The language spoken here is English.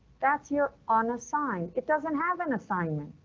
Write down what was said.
that's your unassigned. it doesn't have an assignment,